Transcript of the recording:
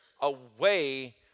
away